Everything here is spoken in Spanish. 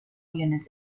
aviones